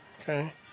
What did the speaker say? Okay